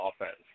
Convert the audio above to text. offense